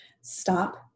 stop